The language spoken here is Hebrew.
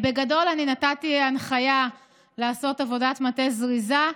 בגדול, נתתי הנחיה לעשות עבודת מטה זריזה: